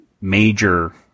major